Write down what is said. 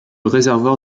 réservoir